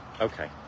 Okay